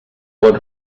pot